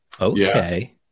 Okay